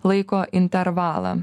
laiko intervalą